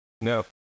No